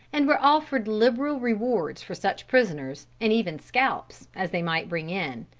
and were offered liberal rewards for such prisoners, and even scalps, as they might bring in.